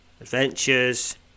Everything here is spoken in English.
Adventures